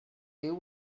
you